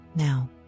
now